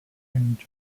and